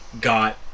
got